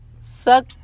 suck